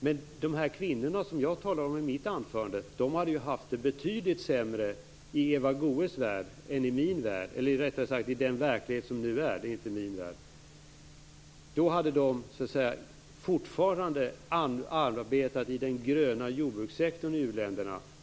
Men de kvinnor jag talade om i mitt anförande hade haft det betydligt sämre i Eva Goës värld än i min värld, eller rättare sagt i den verklighet som nu är. Då hade de fortfarande arbetat i den gröna jordbrukssektorn i u-länderna.